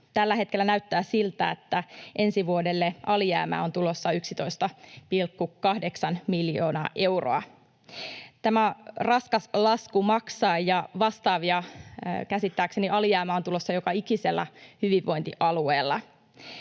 Tällä hetkellä näyttää siltä, että ensi vuodelle alijäämää on tulossa 11,8 miljoonaa euroa. Tämä on raskas lasku maksaa, ja käsittääkseni vastaavia alijäämiä on tulossa joka ikisellä hyvinvointialueella.